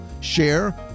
share